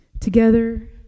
Together